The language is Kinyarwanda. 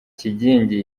kigingi